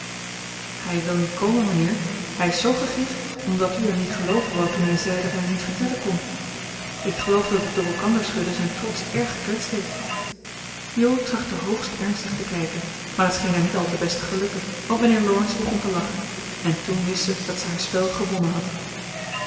hij wil niet komen mijnheer hij is zoo gegriefd omdat u hem niet gelooven wou toen hij zei dat hij het niet vertellen kon ik geloof dat het door elkander schudden zijn trots erg gekwetst heeft jo trachtte hoogst ernstig te kijken maar het scheen haar niet al te best te gelukken want mijnheer laurence begon te lachen en toen wist ze dat ze haar spel gewonnen had